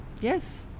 Yes